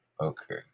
okay